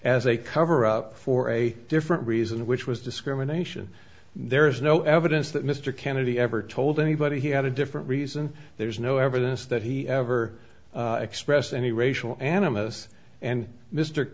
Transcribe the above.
as a cover up for a different reason which was discrimination there is no evidence that mr kennedy ever told anybody he had a different reason there's no evidence that he ever express any racial animus and m